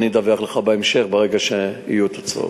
אני אדווח לך בהמשך, ברגע שיהיו תוצאות.